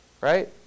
Right